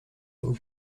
był